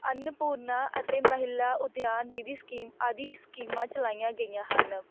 ਅੰਨਪੂਰਣਾ ਅਤੇ ਮਹਿਲਾ ਉਦਿਆਨ ਨਿਧੀ ਸਕੀਮ ਆਦਿ ਸਕੀਮਾਂ ਚਲਾਈਆਂ ਗਈਆਂ ਹਨ